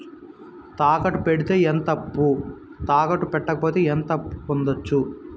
తాకట్టు పెడితే ఎంత అప్పు, తాకట్టు పెట్టకపోతే ఎంత అప్పు పొందొచ్చు?